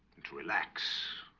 and to relax